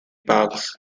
parks